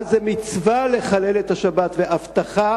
שאז זה מצווה לחלל את השבת, ובאבטחה,